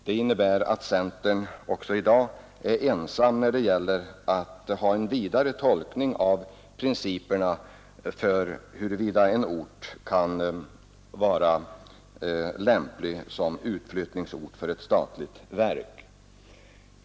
Det innebär att centern även i dag är ensam när det gäller att ha en vidare tolkning av principerna för huruvida en ort skall vara lämplig som utlokaliseringsort för ett statligt verk.